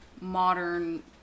modern